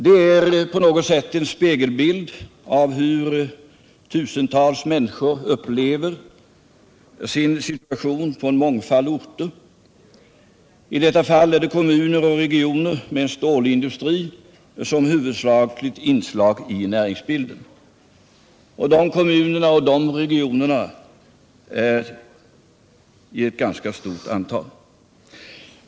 Det är på något sätt en spegelbild av hur tusentals människor upplever sin situation på en mångfald orter. I detta fall är det kommuner och regioner med en stålindustri som huvudsakligt inslag i näringsbilden. De kommunerna och de regionerna uppgår till ett ganska stort antal.